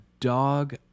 dog